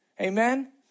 Amen